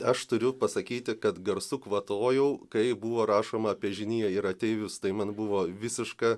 aš turiu pasakyti kad garsu kvatojau kai buvo rašoma apie žiniją ir ateivius tai man buvo visiška